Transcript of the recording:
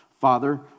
Father